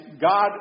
God